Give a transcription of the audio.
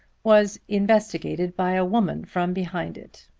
was investigated by a woman from behind it.